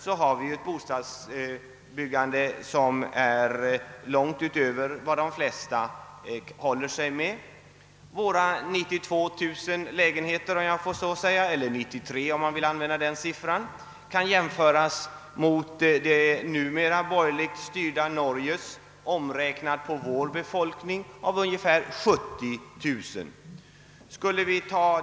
Vårt bostadsbyggande går långt utöver de flesta andra länders; våra 92 000 lägenheter om året — eller 93 000 om man vill använda den siffran — kan jämföras med det numera borgerligt styrda Norges, som — omräknat på vår befolkning — är ungefär 70 000 lägenheter.